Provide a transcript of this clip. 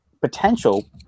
potential